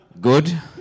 Good